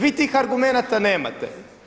Vi tih argumenata nemate.